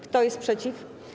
Kto jest przeciw?